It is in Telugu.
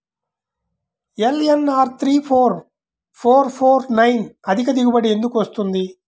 LNR three four four four nine అధిక దిగుబడి ఎందుకు వస్తుంది?